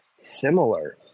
similar